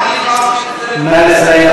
נא לסיים.